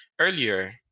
earlier